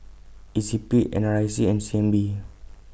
E C P N R I C and C N B